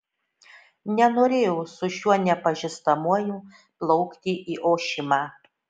nenorėjau su šiuo nepažįstamuoju plaukti į ošimą